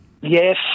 Yes